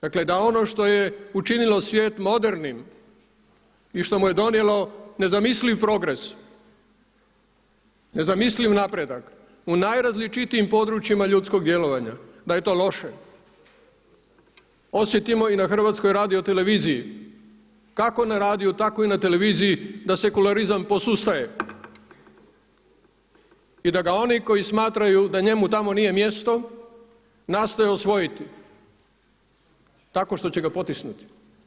Dakle, da ono što je učinilo svijet modernim i što mu je donijelo nezamisliv progres, nezamisliv napredak u najrazličitijim područjima ljudskog djelovanja da je to loše, osjetimo i na HRT-u, kao na radiju, tako i na televiziji da sekularizam posustaje i da ga oni koji smatraju da njemu tamo nije mjesto, nastoje osvojiti tako što će ga potisnuti.